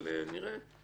אבל נראה,